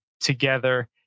together